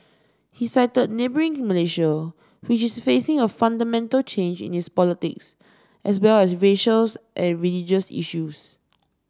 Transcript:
he cited neighbouring Malaysia which is facing a fundamental change in its politics as well as racial and religious issues